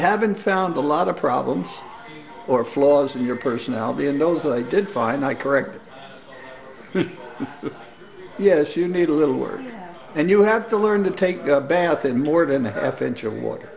haven't found a lot of problems or flaws in your personality and those i did find i corrected yes you need a little work and you have to learn to take a bath in more than a half inch of water